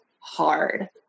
hard